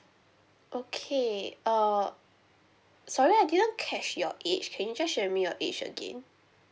okay err sorry I didn't catch your age can you just share with me your age again